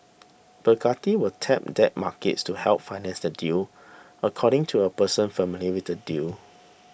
Bacardi will tap debt markets to help finance the deal according to a person familiar with the deal